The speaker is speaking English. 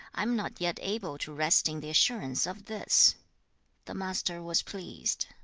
i am not yet able to rest in the assurance of this the master was pleased.